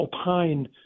opine